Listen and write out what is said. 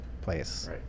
Place